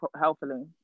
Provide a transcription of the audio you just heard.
healthily